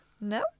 No